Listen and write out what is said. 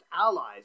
allies